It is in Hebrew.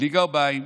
בלי גרביים,